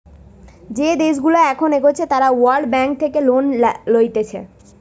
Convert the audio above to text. যে দেশগুলা এখন এগোচ্ছে তারা ওয়ার্ল্ড ব্যাঙ্ক থেকে লোন লইতেছে